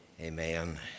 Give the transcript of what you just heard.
Amen